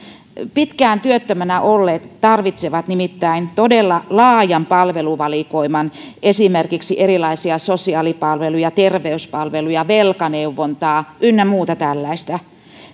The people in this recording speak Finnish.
pitkään työttömänä olleet tarvitsevat nimittäin todella laajan palveluvalikoiman esimerkiksi erilaisia sosiaalipalveluja terveyspalveluja velkaneuvontaa ynnä muuta tällaista